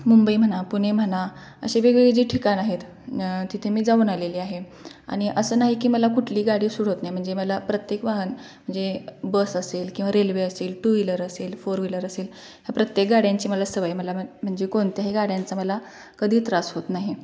मुंबई म्हणा पुणे म्हणा असे वेगवेगळे जे ठिकाण आहेत न तिथे मी जाऊन आलेली आहे आणि असं नाही की मला कुठली गाडी सूट होत नाही म्हणजे मला प्रत्येक वाहन म्हणजे बस असेल किंवा रेल्वे असेल टू व्हीलर असेल फोर व्हीलर असेल प्रत्येक गाड्यांची मला सवय मला म्हणजे कोणत्याही गाड्यांचा मला कधी त्रास होत नाही